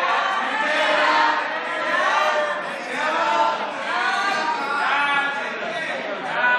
ההצעה להעביר את הצעת חוק יישובים ושכונות